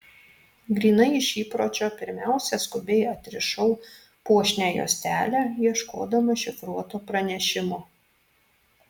grynai iš įpročio pirmiausia skubiai atrišau puošnią juostelę ieškodama šifruoto pranešimo